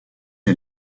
est